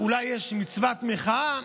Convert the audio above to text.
אולי יש מצוות מחאה?